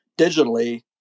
digitally